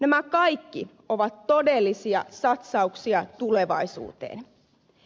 nämä kaikki ovat todellisia satsauksia tulevaisuuteen